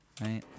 Right